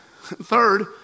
Third